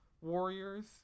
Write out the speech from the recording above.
Warriors